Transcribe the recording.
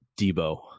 Debo